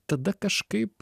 tada kažkaip